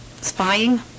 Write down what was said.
Spying